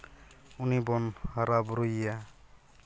ᱩᱱᱤ ᱵᱚᱱ ᱦᱟᱨᱟ ᱵᱩᱨᱩᱭᱮᱭᱟ